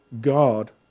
God